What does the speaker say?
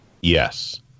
yes